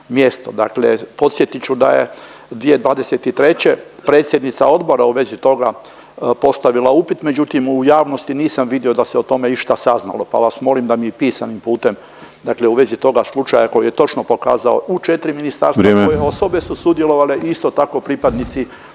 Dakle, podsjetit ću da je 2023. predsjednica odbora u vezi toga postavila upit, međutim u javnosti nisam vidio da se o tome išta saznalo, pa vas molim da mi i pisanim putem u vezi toga slučaja koji je točno pokazao u četri ministarstva …/Upadica Penava: Vrijeme./… koje osobe su sudjelovale i isto tako pripadnici